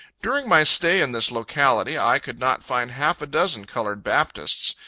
during my stay in this locality, i could not find half a dozen colored baptists,